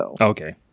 Okay